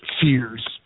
fears